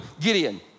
Gideon